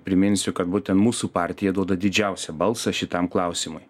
priminsiu kad būtent mūsų partija duoda didžiausią balsą šitam klausimui